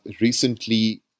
recently